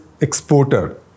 exporter